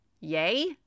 yay